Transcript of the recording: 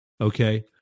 Okay